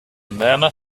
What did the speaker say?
murmur